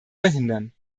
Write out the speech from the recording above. verhindern